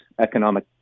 economic